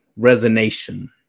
resonation